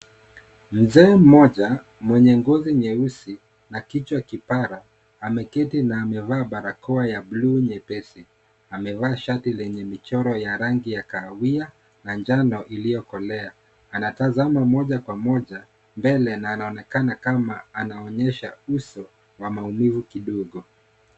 Mzee mmoja, mwenye ngozi nyeusi, na kichwa kipara, ameketi na amevaa barakoa ya (cs)blue(cs)nyepesi , amevaa shati lenye michoro ya rangi ya kahawia na njano iliyokolea, anatazama moja kwa moja mbele na anaonekana kama anaonyesha uso wa maumivu kidogo.